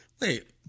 Wait